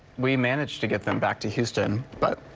we managed to get them back to houston but.